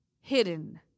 hidden